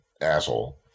asshole